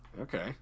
Okay